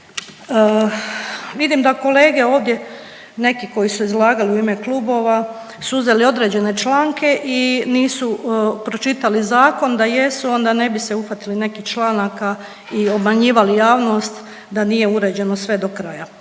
Vidim da kolege ovdje, neki koji su izlagali u ime klubova su uzeli određene članke i nisu pročitali Zakon, da jesu, ne bi se uhvatili nekih članaka i obmanjivali javnost da nije uređeno sve do kraja.